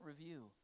review